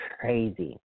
crazy